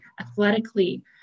athletically